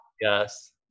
Yes